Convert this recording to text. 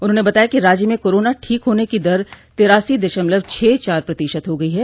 उन्होंने बताया कि राज्य में कोरोना ठीक होने की दर तिरसी दशमलव छः चार प्रतिशत हो गयी है